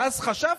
ואז חשבתי,